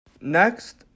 Next